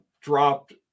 dropped